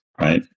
right